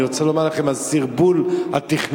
אני רוצה לומר לכם, הסרבול התכנוני,